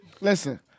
Listen